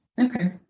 Okay